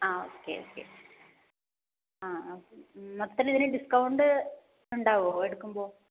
ആ okay okay ആ okay മൊത്തത്തിൽ ഇതിന് ഡിസ്കൌണ്ട് ഉണ്ടാവുമോ എടുക്കുമ്പോൾ